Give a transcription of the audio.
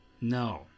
No